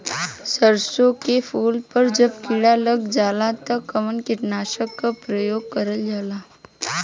सरसो के फूल पर जब किड़ा लग जाला त कवन कीटनाशक क प्रयोग करल जाला?